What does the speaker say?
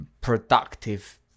productive